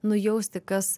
nujausti kas